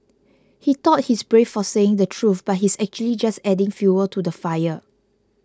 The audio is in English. he thought he's brave for saying the truth but he's actually just adding fuel to the fire